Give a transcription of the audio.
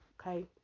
okay